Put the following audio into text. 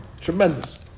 tremendous